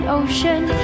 ocean